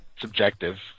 subjective